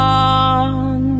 on